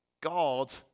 God